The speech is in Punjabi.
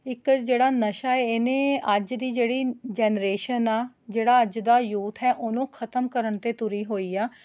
ਇੱਕ ਜਿਹੜਾ ਨਸ਼ਾ ਇਹਨੇ ਅੱਜ ਦੀ ਜਿਹੜੀ ਜੈਨਰੇਸ਼ਨ ਆ ਜਿਹੜਾ ਅੱਜ ਦਾ ਯੂਥ ਹੈ ਉਹਨੂੰ ਖਤਮ ਕਰਨ 'ਤੇ ਤੁਰੀ ਹੋਈ ਆ